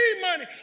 money